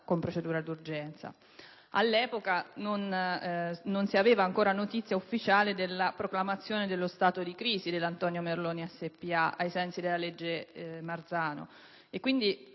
con procedura d'urgenza. All'epoca non si aveva ancora notizia ufficiale della proclamazione dello stato di crisi della Antonio Merloni SpA ai sensi della legge Marzano.